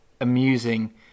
amusing